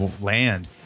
land